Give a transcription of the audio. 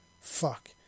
Fuck